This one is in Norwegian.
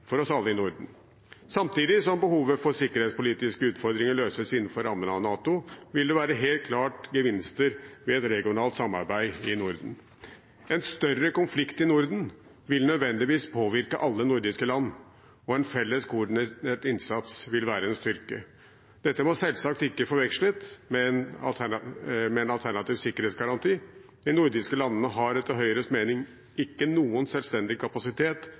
for oss alle i Norden. Samtidig som behovet for sikkerhetspolitiske utfordringer løses innenfor rammen av NATO, vil det være helt klart gevinster ved et regionalt samarbeid i Norden. En større konflikt i Norden vil nødvendigvis påvirke alle nordiske land, og en felles koordinert innsats vil være en styrke. Dette må selvsagt ikke forveksles med en alternativ sikkerhetsgaranti. De nordiske landene har, etter Høyres mening, ikke noen selvstendig kapasitet